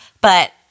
But-